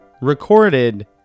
recorded